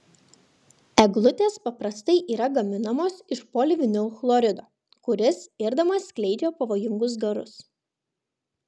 eglutės paprastai yra gaminamos iš polivinilchlorido kuris irdamas skleidžia pavojingus garus